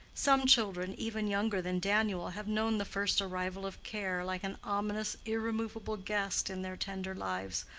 some children, even younger than daniel, have known the first arrival of care, like an ominous irremovable guest in their tender lives,